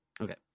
Okay